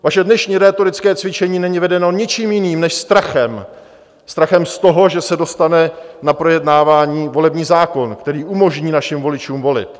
Vaše dnešní rétorické cvičení není vedeno ničím jiným než strachem strachem z toho, že se dostane na projednávání volební zákon, který umožní našim voličům volit.